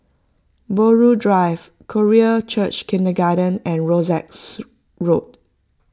Buroh Drive Korean Church Kindergarten and Rosyth Road